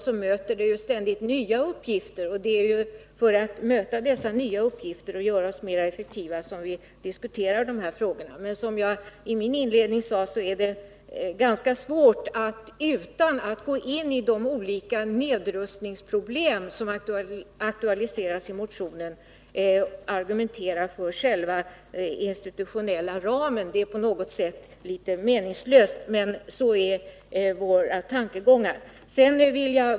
Dessutom möter oss ständigt nya uppgifter, och det är för att kunna ta itu med dem på ett effektivare sätt som vi diskuterar dessa frågor. Som jag inledningsvis sade i mitt anförande är det ganska svårt att, utan att gå in på de olika nedrustningsproblem som aktualiseras i motionen, argumentera för den institutionella ramen. Det känns på något sätt meningslöst, men våra tankegångar framgår i motionen.